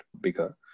bigger